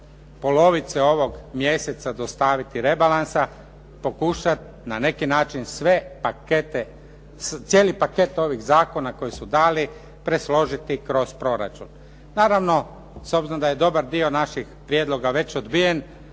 polovice ovog mjeseca dostaviti rebalansa, pokušati na neki način sve pakete, cijeli paket ovih zakona koji su dali presložiti kroz proračun. Naravno, s obzirom da je dobar dio naših prijedloga već odbijen,